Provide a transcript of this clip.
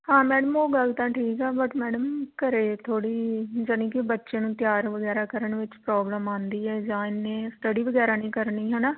ਹਾਂ ਮੈਡਮ ਉਹ ਗੱਲ ਤਾਂ ਠੀਕ ਆ ਬਟ ਮੈਡਮ ਘਰ ਥੋੜ੍ਹੀ ਯਾਨੀ ਕਿ ਬੱਚੇ ਨੂੰ ਤਿਆਰ ਵਗੈਰਾ ਕਰਨ ਵਿੱਚ ਪ੍ਰੋਬਲਮ ਆਉਂਦੀ ਹੈ ਜਾਂ ਇਹਨੇ ਸਟੱਡੀ ਵਗੈਰਾ ਨਹੀਂ ਕਰਨੀ ਹੈ ਨਾ